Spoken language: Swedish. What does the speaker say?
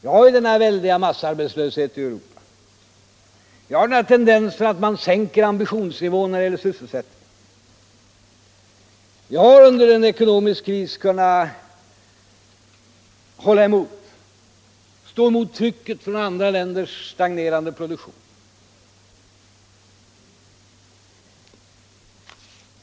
Vi har den väldiga massarbetslösheten i Europa, vi har tendensen att man sänker ambitionsnivån när det gäller sysselsättningen, vi har svårigheten att under en ekonomisk kris stå emot trycket från andra länders stagnerande produktion.